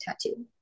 tattoo